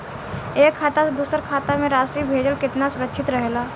एक खाता से दूसर खाता में राशि भेजल केतना सुरक्षित रहेला?